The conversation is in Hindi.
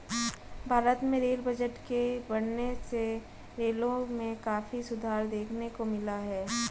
भारत में रेल बजट के बढ़ने से रेलों में काफी सुधार देखने को मिला है